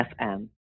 FM